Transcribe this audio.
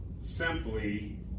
simply